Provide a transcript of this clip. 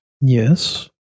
yes